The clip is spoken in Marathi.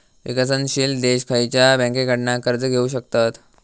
विकसनशील देश खयच्या बँकेंकडना कर्ज घेउ शकतत?